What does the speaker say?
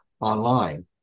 online